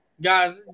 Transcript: Guys